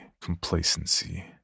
Complacency